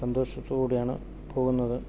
സന്തോഷത്തോടു കൂടിയാണ് പോകുന്നത്